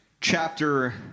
chapter